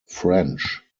french